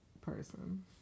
person